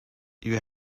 you